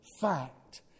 fact